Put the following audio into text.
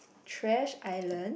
trash island